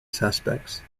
suspects